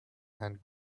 and